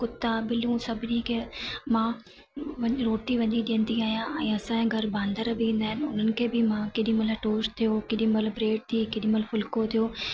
कुता ॿिलियूं सभिनी खे मां व रोटी वञी ॾींदी आहियां ऐं असांजे घरु बांदर बि ईंदा आहिनि उन्हनि खे बि मां केॾी महिल टोश थियो केॾी महिल ब्रेड थी केॾी महिल फुलिको थियो